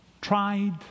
tried